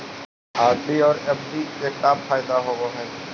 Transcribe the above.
RD और FD के का फायदा होव हई?